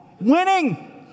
Winning